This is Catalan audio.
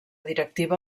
directiva